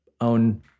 own